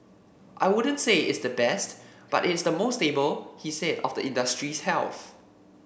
I wouldn't say it's the best but it's the most stable he said of the industry's health